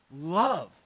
Love